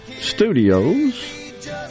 Studios